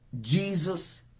Jesus